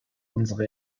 unsere